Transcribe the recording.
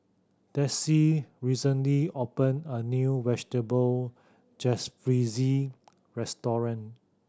Dessie recently opened a new Vegetable Jalfrezi Restaurant